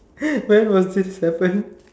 when will this happen